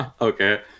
okay